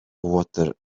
water